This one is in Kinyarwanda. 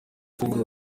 kubura